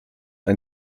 ein